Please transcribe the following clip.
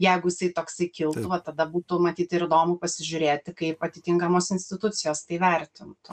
jeigu jisai toksai kiltų va tada būtų matyt ir įdomu pasižiūrėti kaip atitinkamos institucijos tai vertintų